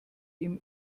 ihm